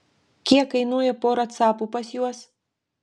kiek kainuoja pora capų pas juos